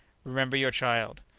remember your child!